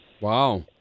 wow